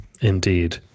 Indeed